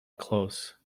close